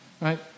Right